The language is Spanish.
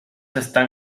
están